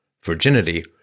virginity